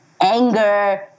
anger